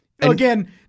Again